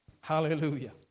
Hallelujah